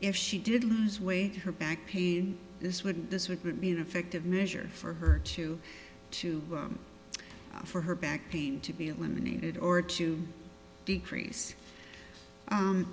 if she did lose weight her back pain this would this would be an effective measure for her to to for her back pain to be eliminated or to decrease